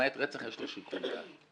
למעט רצח, יש לו שיקול דעת.